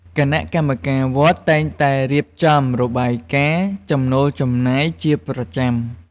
គណៈកម្មការវត្តតែងតែរៀបចំរបាយការណ៍ចំណូលចំណាយជាប្រចាំ។